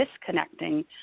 disconnecting